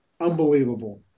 unbelievable